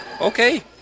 okay